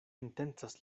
intencas